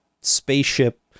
spaceship